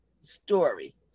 story